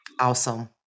awesome